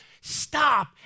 stop